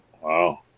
Wow